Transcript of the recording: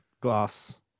glass